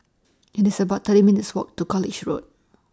IT IS about thirty minutes' Walk to College Road